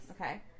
Okay